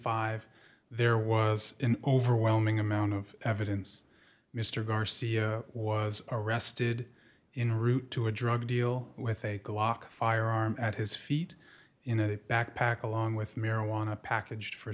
dollars there was an overwhelming amount of evidence mr garcia was arrested in route to a drug deal with a glock firearm at his feet in a backpack along with marijuana packaged for